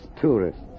tourists